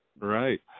Right